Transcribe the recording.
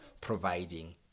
providing